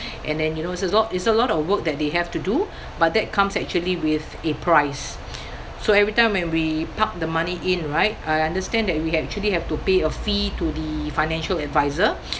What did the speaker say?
and then you know it's a lot it's a lot of work that they have to do but that comes actually with a price so every time when we park the money in right I understand that you actually have to pay a fee to the financial advisor